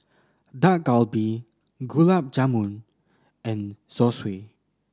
Dak Galbi Gulab Jamun and Zosui